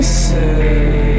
say